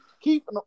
keep